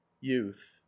youth